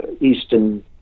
eastern